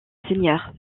seigneur